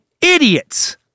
idiots